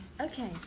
Okay